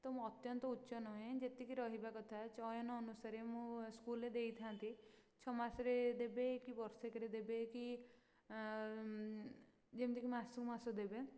ମୁଁ ଅତ୍ୟନ୍ତ ଉଚ୍ଚ ନୁହେଁ ଯେତିକି ରହିବ କଥା ଚୟନ ଅନୁସାରେ ମୁଁ ସ୍କୁଲରେ ଦେଇଥାନ୍ତି ଛଅ ମାସରେ ଦେବେ କି ବର୍ଷକରେ ଦେବେ କି ଯେମିତିକି ମାସକୁ ମାସ ଦେବେ